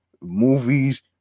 movies